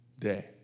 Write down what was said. day